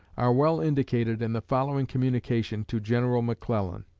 are well indicated in the following communication to general mcclellan